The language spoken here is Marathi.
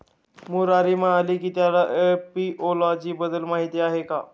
मुरारी म्हणाला की त्याला एपिओलॉजी बद्दल माहीत आहे